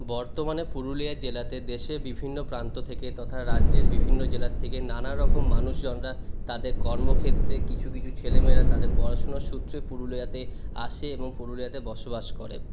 বর্তমানে পুরুলিয়া জেলাতে দেশের বিভিন্ন প্রান্ত থেকে তথা রাজ্যের বিভিন্ন জেলা থেকে নানারকম মানুষজনরা তাদের কর্মক্ষেত্রে কিছু কিছু ছেলেমেয়েরা তাদের পড়াশোনার সূত্রে পুরুলিয়াতে আসে এবং পুরুলিয়াতে বসবাস করে